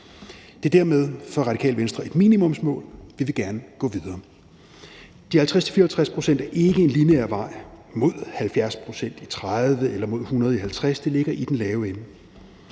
Det er dermed for Radikale Venstre et minimumsmål – vi vil gerne gå videre. De 50-54 pct. er ikke en lineær vej mod 70 pct. i 2030 eller mod 100 pct. i 2050; det ligger i den lave ende.